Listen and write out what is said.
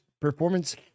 performance